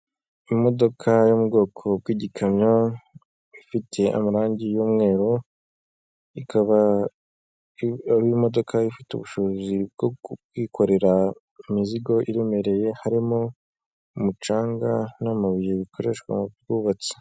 Imodoka yo mu bwoko bw'igikamyo, ifite amarangi y'umweru, ikaba ari imodoka ifite ubushobozi bwo kwikorera imizigo iremereye, harimo umucanga n'amabuye bikoreshwa mu bwubatsi.